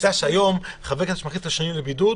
נכנסתי לבידוד,